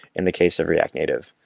in the case of react native.